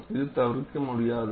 இது தவிர்க்க முடியாதது